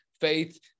faith